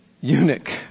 eunuch